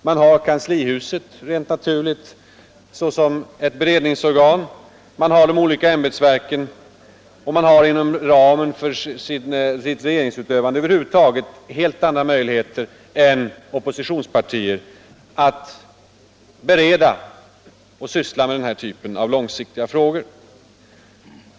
Man har självfallet kanslihuset såsom ett beredningsorgan, man har de olika ämbetsverken och man har inom ramen för sitt regeringsutövande över huvud taget helt andra möjligheter än oppositionspartier att bereda och syssla med den här typen av långsiktiga frågor.